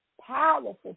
powerful